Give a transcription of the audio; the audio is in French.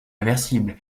réversible